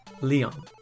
Leon